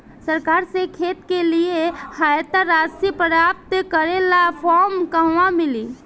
सरकार से खेत के लिए सहायता राशि प्राप्त करे ला फार्म कहवा मिली?